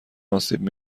آسیب